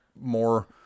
more